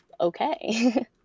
okay